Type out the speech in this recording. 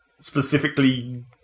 specifically